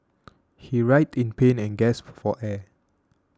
he writhed in pain and gasped for air